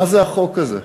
מה זה החוק הזה?